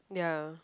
ya